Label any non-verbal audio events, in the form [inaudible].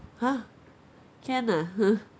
!huh! can ah [noise]